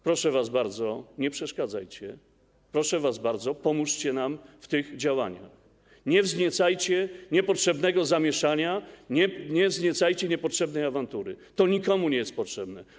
Proszę was bardzo, nie przeszkadzajcie, proszę was bardzo, pomóżcie nam w tych działaniach, nie wzniecajcie niepotrzebnego zamieszania, nie wzniecajcie niepotrzebnej awantury, to nikomu nie jest potrzebne.